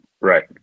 Right